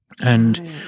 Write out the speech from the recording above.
And-